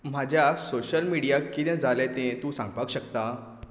म्हाज्या सोशल मिडियाक किदें जालें तें तूं सांगपाक शकता